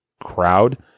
crowd